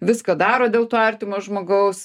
viską daro dėl to artimo žmogaus